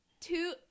two